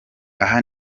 aha